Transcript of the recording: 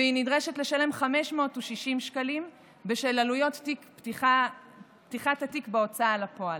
והיא נדרשת לשלם 560 שקלים בשל עלויות פתיחת התיק בהוצאה לפועל.